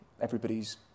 everybody's